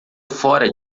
fora